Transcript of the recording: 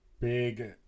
big